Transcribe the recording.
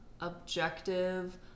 objective